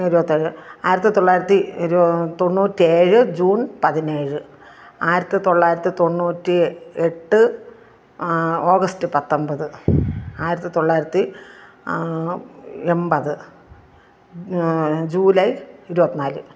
May ഇരുപത്തിയേഴ് ആയിരത്തി തൊള്ളായിരത്തി തൊണ്ണൂറ്റിയേഴ് ജൂൺ പതിനേഴ് ആയിരത്തി തൊള്ളായിരത്തി തൊണ്ണൂറ്റി എട്ട് ഓഗസ്റ്റ് പത്തൊമ്പത് ആയിരത്തി തൊള്ളായിരത്തി എണ്പത് ജൂലൈ ഇരുപത്തിനാല്